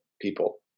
people